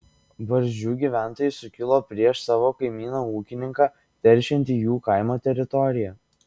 barzdžių gyventojai sukilo prieš savo kaimyną ūkininką teršiantį jų kaimo teritoriją